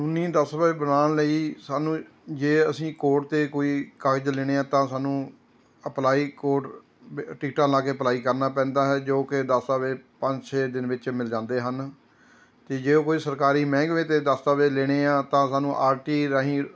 ਕਾਨੂੰਨੀ ਦਸਤਾਵੇਜ਼ ਬਣਾਉਣ ਲਈ ਸਾਨੂੰ ਜੇ ਅਸੀਂ ਕੋਰਟ ਤੋਂ ਕੋਈ ਕਾਗਜ਼ ਲੈਣੇ ਆ ਤਾਂ ਸਾਨੂੰ ਅਪਲਾਈ ਕੋਰਟ ਵ ਟਿਕਟਾਂ ਲਾ ਕੇ ਅਪਲਾਈ ਕਰਨਾ ਪੈਂਦਾ ਹੈ ਜੋ ਕਿ ਦਸਤਾਵੇਜ਼ ਪੰਜ ਛੇ ਦਿਨ ਵਿੱਚ ਮਿਲ ਜਾਂਦੇ ਹਨ ਅਤੇ ਜੇ ਉਹ ਕੋਈ ਸਰਕਾਰੀ ਮਹਿਕਮੇ ਦੇ ਦਸਤਾਵੇਜ਼ ਲੈਣੇ ਹੈ ਤਾਂ ਸਾਨੂੰ ਆਰ ਟੀ ਆਈ ਰਾਹੀਂ